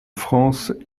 france